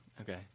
Okay